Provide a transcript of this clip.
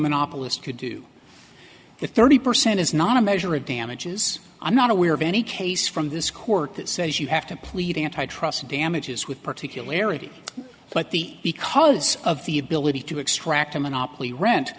monopolist could do if thirty percent is not a measure of damages i'm not aware of any case from this court that says you have to plead antitrust damages with particularity but the because of the ability to extract a monopoly rent